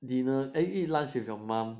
dinner eh eat lunch with your mum